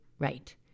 right